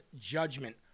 judgment